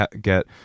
get